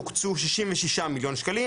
הוקצו 66 מיליון שקלים,